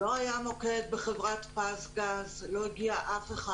לא היה מוקד בחברת "פזגז", לא הגיע אף אחד.